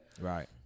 right